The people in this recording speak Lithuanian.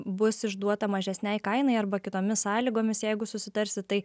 bus išduota mažesnei kainai arba kitomis sąlygomis jeigu susitarsit tai